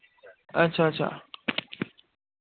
अच्छा अच्छा